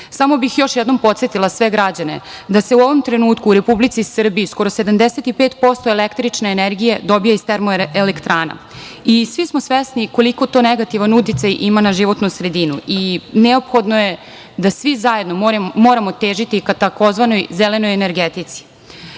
bih još jednom podsetila sve građane da se u ovom trenutku u Republici Srbiji, skoro 75% električne energije dobija iz termoelektrana i svi smo svesni koliko to negativan uticaj ima na životnu sredinu i neophodno je da svi zajedno moramo težiti ka tzv. zelenoj energetici. Takođe,